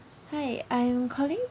hi I'm calling